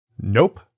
Nope